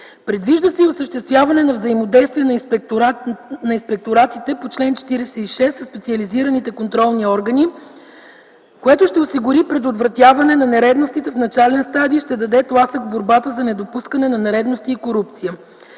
Предвижда се и осъществяване на взаимодействие на инспекторатите по чл. 46 със специализираните контролни органи, което ще осигури предотвратяване на нередностите в начален стадий и ще даде тласък в борбата за недопускане на нередности и корупция.